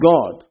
God